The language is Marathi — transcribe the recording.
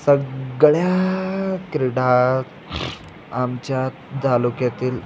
सगळ्या क्रीडा आमच्या तालुक्यातील